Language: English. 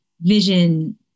Vision